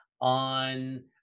on